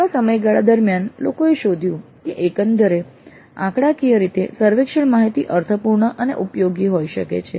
લાંબા સમયગાળા દરમિયાન લોકોએ શોધ્યું છે કે એકંદરે આંકડાકીય રીતે સર્વેક્ષણ માહિતી અર્થપૂર્ણ અને ઉપયોગી હોઈ શકે છે